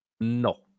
No